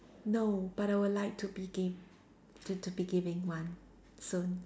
no but I would like to be give to to be giving one soon